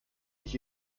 mich